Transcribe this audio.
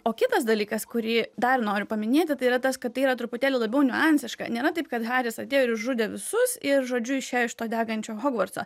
o kitas dalykas kurį dar noriu paminėti tai yra tas kad tai yra truputėlį labiau niuansiška nėra taip kad haris atėjo ir išžudė visus ir žodžiu išėjo iš to degančio hogvartso